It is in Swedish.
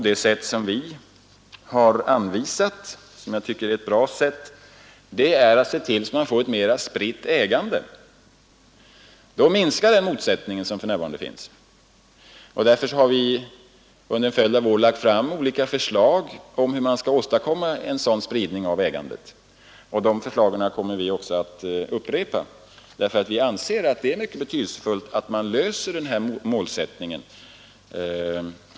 Det sätt som vi anvisat och som jag tycker är bra är att se till att vi får ett mera spritt ägande. Då minskar den motsätt ning som för närvarande finns. Därför har vi under en följd av år lagt fram olika förslag om hur man skall åstadkomma en sådan förslag kommer vi också att upprepa, spridning av ägandet. D därför att vi anser att det är mycket betydelsefullt att man löser den motsättningen.